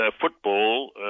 football